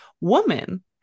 woman